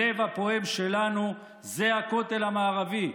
הלב הפועם שלנו זה הכותל המערבי.